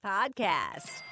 Podcast